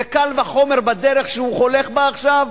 וקל וחומר בדרך שהוא הולך בה עכשיו,